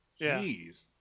Jeez